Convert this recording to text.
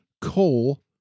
coal